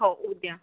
हो उद्या